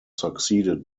succeeded